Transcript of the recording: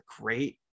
great